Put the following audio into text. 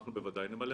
אנחנו וודאי נמלא אותם.